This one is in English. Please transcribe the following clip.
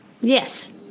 Yes